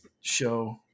show